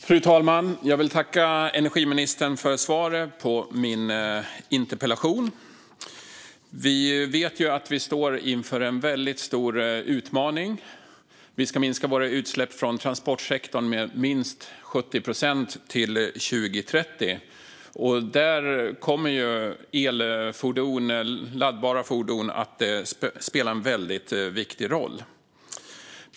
Fru talman! Jag vill tacka energiministern för svaret på min interpellation. Vi vet att vi står inför en väldigt stor utmaning: Vi ska minska våra utsläpp från transportsektorn med minst 70 procent till 2030. Där kommer laddbara fordon att spela en väldigt viktig roll.